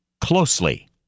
closely